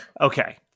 Okay